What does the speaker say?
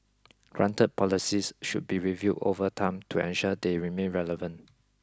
granted policies should be reviewed over time to ensure they remain relevant